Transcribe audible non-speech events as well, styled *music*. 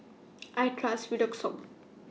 *noise* I Trust Redoxon